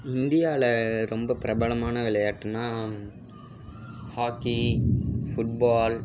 இந்தியாவில் ரொம்ப பிரபலமான விளையாட்டுனால் ஹாக்கி ஃபுட்பால்